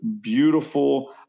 beautiful